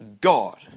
God